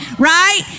Right